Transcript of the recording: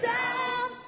down